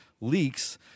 leaks